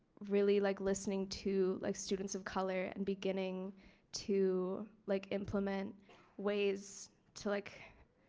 really like listening to like students of color and beginning to like implement ways to like.